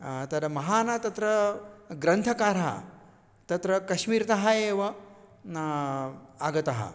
तर्हि महान् तत्र ग्रन्थकारः तत्र कश्मीर्तः एव न आगतः